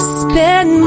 spend